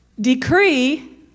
decree